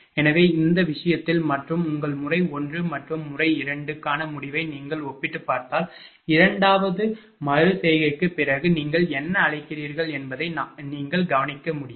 எனவே இந்த விஷயத்தில் மற்றும் உங்கள் முறை 1 மற்றும் முறை 2 க்கான முடிவை நீங்கள் ஒப்பிட்டுப் பார்த்தால் இரண்டாவது மறு செய்கைக்குப் பிறகு நீங்கள் என்ன அழைக்கிறீர்கள் என்பதை நாங்கள் கவனிக்க முடியும்